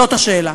זאת השאלה.